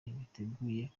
biteguye